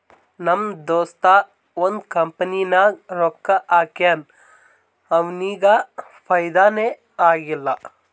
ನಮ್ ದೋಸ್ತ ಒಂದ್ ಕಂಪನಿನಾಗ್ ರೊಕ್ಕಾ ಹಾಕ್ಯಾನ್ ಅವ್ನಿಗ ಫೈದಾನೇ ಆಗಿಲ್ಲ